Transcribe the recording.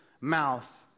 mouth